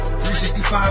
365